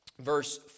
verse